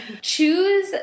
choose